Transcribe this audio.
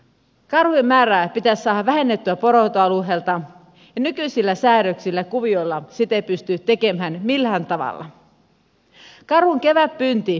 karhujen määrää pitäisi saada vähennettyä poronhoitoalueelta ja nykyisillä säädöksillä kuvioilla sitä ei pysty tekemään millään tavalla